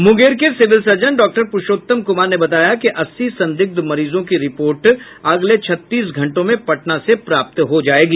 मुंगेर के civil surgeon doctor Purushottam Kumar ने बताया है कि अस्सी संदिग्ध मरीजों की रिपोर्ट अगले छत्तीस घंटों में पटना से प्राप्त हो जायेगी